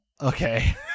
okay